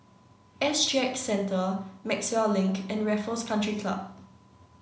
S G X Centre Maxwell Link and Raffles Country Club